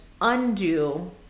undo